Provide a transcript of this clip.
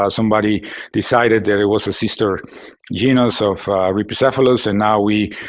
ah somebody decided that it was a sister genus of rhipicephalus. and now we